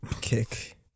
kick